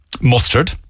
mustard